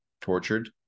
tortured